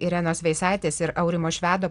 irenos veisaitės ir aurimo švedo